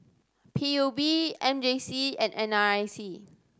P U B M J C and N R I C